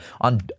on